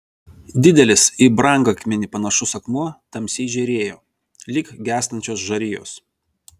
didelis į brangakmenį panašus akmuo tamsiai žėrėjo lyg gęstančios žarijos